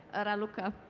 raluca.